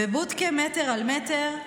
בבודקה מטר על מטר.